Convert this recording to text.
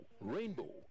Rainbow